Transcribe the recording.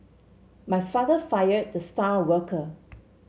my father fired the star worker